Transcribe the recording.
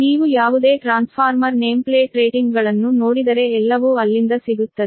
ನೀವು ಯಾವುದೇ transformer name plate ರೇಟಿಂಗ್ಗಳನ್ನು ನೋಡಿದರೆ ಎಲ್ಲವೂ ಅಲ್ಲಿಂದ ಸಿಗುತ್ತದೆ